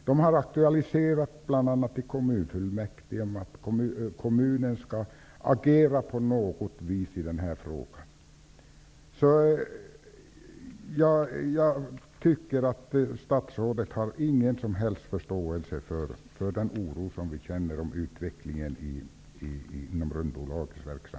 De har bl.a. i kommunfullmäktige aktualiserat att kommunen skall agera på något vis i den här frågan. Jag tycker att statsrådet inte har någon som helst föståelse för den oro som vi känner för utvecklingen inom